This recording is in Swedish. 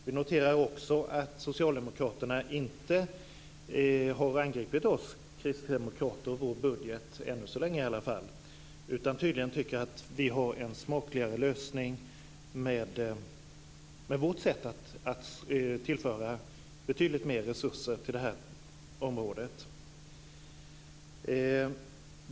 Vi noterar också att socialdemokraterna inte har angripit oss kristdemokrater för vår budget, ännu så länge i alla fall, utan tydligen tycker att vi har en smakligare lösning med vårt sätt att tillföra betydligt mer resurser till det här området.